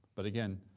but again,